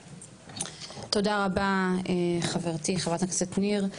תודה רבה חברתי חברת הכנסת ניר.